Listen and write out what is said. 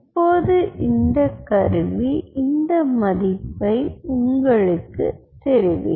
இப்போது அந்த கருவி இந்த மதிப்பை உங்களுக்குத் தெரிவிக்கும்